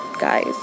guys